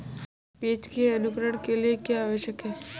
बीज के अंकुरण के लिए क्या आवश्यक है?